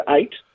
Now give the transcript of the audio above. eight